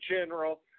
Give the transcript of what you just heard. general